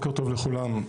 לכולם,